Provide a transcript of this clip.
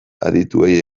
adituei